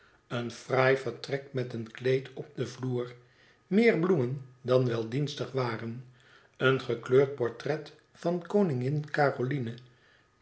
een fraai vertrek met een kleed op den vloer meer bloemen dan wel dienstig waren een gekleurd portret van koningin caroline